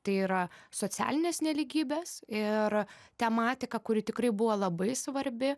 tai yra socialinės nelygybės ir tematika kuri tikrai buvo labai svarbi